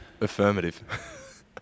Affirmative